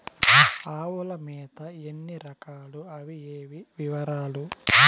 ఆవుల మేత ఎన్ని రకాలు? అవి ఏవి? వివరాలు?